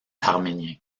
arménien